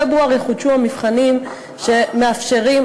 שבפברואר יחודשו המבחנים שמאפשרים,